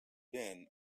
been